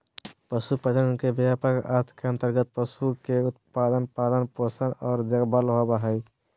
पशु प्रजनन के व्यापक अर्थ के अंतर्गत पशु के उत्पादन, पालन पोषण आर देखभाल होबई हई